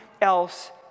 else